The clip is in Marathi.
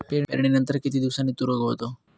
पेरणीनंतर किती दिवसांनी तूर उगवतो?